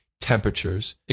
temperatures